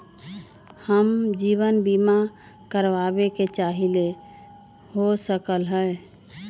हम जीवन बीमा कारवाबे के चाहईले, हो सकलक ह?